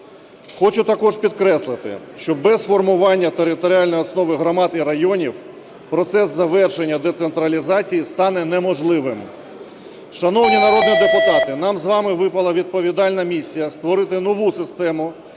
Хочу також підкреслити, що без формування територіальної основи громад і районів процес завершення децентралізації стане неможливим. Шановні народні депутати, нам з вами випала відповідальна місія створити нову систему